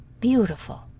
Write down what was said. beautiful